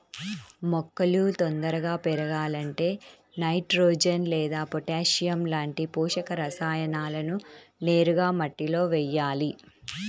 మొక్కలు తొందరగా పెరగాలంటే నైట్రోజెన్ లేదా పొటాషియం లాంటి పోషక రసాయనాలను నేరుగా మట్టిలో వెయ్యాలి